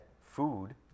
food